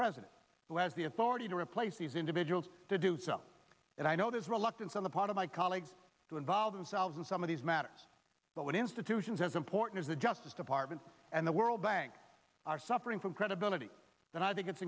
president who has the authority to replace these individuals to do so and i know this reluctance on the part of my colleagues to involve themselves in some of these matters but when institutions as important as the justice department and the world bank are suffering from credibility then i think it's